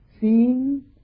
seeing